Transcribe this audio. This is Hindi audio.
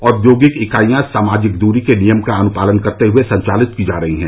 औद्योगिक इकाईयां सामाजिक दूरी के नियम का अनुपालन करते हुए संचालित की जा रही हैं